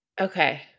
okay